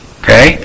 okay